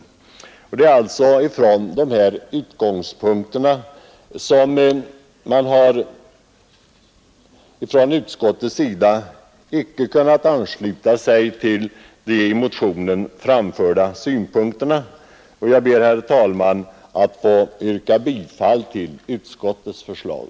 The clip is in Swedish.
Det är från dessa utgångspunkter som vi inom utskottsmajoriteten icke kunnat ansluta oss till de i motionen 679 framförda synpunkterna, och jag ber, herr talman, att få yrka bifall till utskottets förslag.